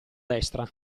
destra